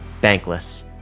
bankless